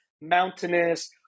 mountainous